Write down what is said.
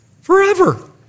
forever